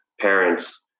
parents